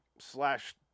slash